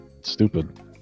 stupid